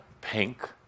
pink